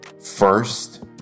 First